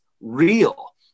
real